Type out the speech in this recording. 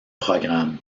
programmes